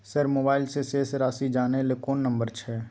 Sir mobile से शेस राशि जानय ल कोन नंबर छै?